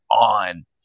on